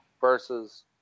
versus